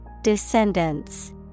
Descendants